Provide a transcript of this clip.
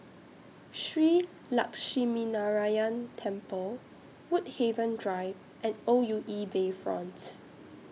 Shree Lakshminarayanan Temple Woodhaven Drive and O U E Bayfronts